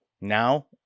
Now